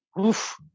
oof